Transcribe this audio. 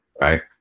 Right